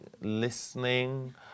listening